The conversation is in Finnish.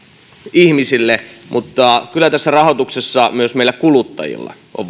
ihmisille mutta kyllä tässä rahoituksessa myös meillä kuluttajilla on